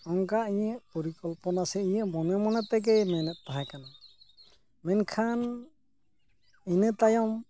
ᱚᱱᱠᱟ ᱤᱧᱟᱹᱜ ᱯᱚᱨᱤᱠᱚᱞᱯᱚᱱᱟ ᱥᱮ ᱤᱧᱟᱹᱜ ᱢᱚᱱᱮ ᱢᱚᱱᱮ ᱛᱮᱜᱮᱭ ᱢᱮᱱᱮᱫ ᱛᱟᱦᱮᱸ ᱠᱟᱱᱟ ᱢᱮᱱᱠᱷᱟᱱ ᱤᱱᱟᱹᱛᱟᱭᱚᱢ